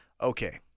okay